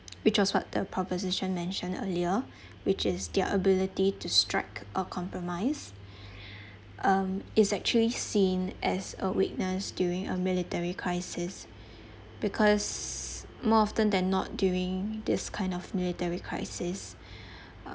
which was what the proposition mentioned earlier which is their ability to strike a compromise um is actually seen as a weakness during a military crisis because more often than not during this kind of military crisis